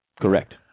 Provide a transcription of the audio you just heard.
Correct